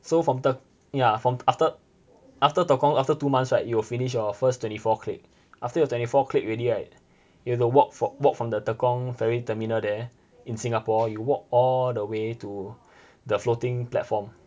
so from te~ ya from after after tekong after two months right you will finish your first twenty four click after your twenty four click already right you have to walk from walk from the tekong ferry terminal there in singapore you walk all the way to the floating platform